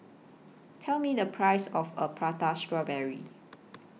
Tell Me The Price of A Prata Strawberry